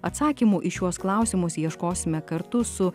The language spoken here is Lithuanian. atsakymų į šiuos klausimus ieškosime kartu su